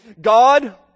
God